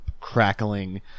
crackling